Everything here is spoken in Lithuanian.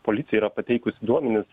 policija yra pateikusi duomenis